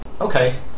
Okay